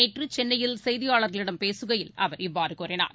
நேற்றுசென்னையில் செய்தியாளர்களிடம் பேசுகையில் அவர் இவ்வாறுகூறினார்